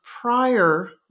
prior